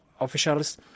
officials